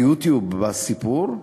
ב"יוטיוב" בסיפור,